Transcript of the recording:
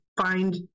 find